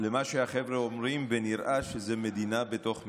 למה שהחבר'ה אומרים, ונראה שזה מדינה בתוך מדינה,